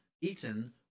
eaten